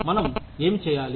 మనం ఏమి చేయాలి